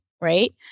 right